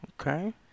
Okay